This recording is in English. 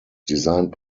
designed